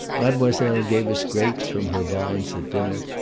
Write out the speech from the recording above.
mademoiselle gave us grapes from her vines at dinner,